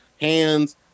hands